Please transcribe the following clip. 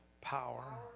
power